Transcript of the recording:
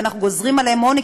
ואנחנו גוזרים עליהם עוני,